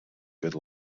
good